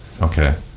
Okay